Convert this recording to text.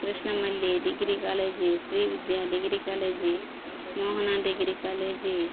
Krishnam Malli degree college Sri Vidya degree college Mohana degree college